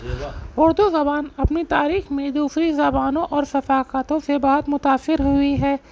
اردو زبان اپنی تاریخ میں دوسری زبانوں اور ثقافتوں سے بہت متاثر ہوئی ہے